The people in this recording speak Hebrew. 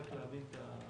לא הבנתי.